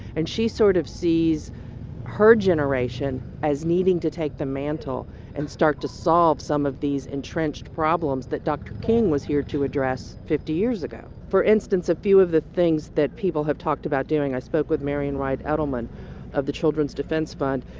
and she sort of sees her generation as needing to take the mantle and start to solve some of these entrenched problems that dr. king was here to address fifty years ago. for instance, a few of the things that people have talked about doing i spoke with marian wright edelman of the children's defense fund,